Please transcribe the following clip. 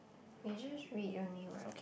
you just read your name what